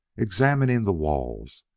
examining the walls,